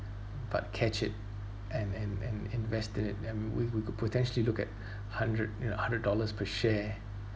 but catch it and and and invested it and we we could potentially look at hundred you know hundred dollars per share